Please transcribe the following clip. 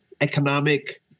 economic